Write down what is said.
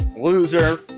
Loser